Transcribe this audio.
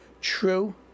true